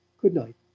good-night.